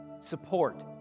support